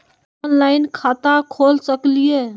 Online खाता खोल सकलीह?